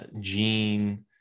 gene